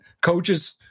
coaches